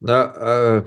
na a